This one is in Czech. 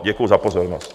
Děkuju za pozornost.